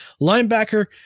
Linebacker